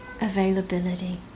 availability